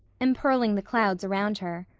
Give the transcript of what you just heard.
empearling the clouds around her.